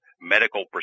medical